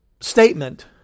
statement